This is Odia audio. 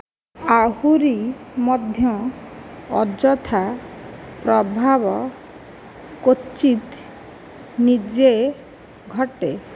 ଆହୁରି ମଧ୍ୟ ଅଯଥା ପ୍ରଭାବ କ୍ୱଚିତ୍ ନିଜେ ଘଟେ